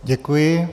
Děkuji.